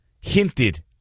hinted